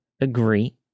agree